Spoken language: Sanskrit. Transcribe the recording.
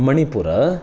मणिपुरः